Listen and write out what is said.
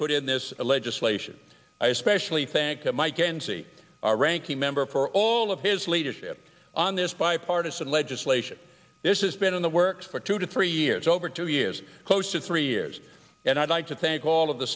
put in this legislation i especially thank mike enzi our ranking member for all of his leadership on this bipartisan legislation this has been in the works for two to three years over two years close to three years and i i like to thank all of the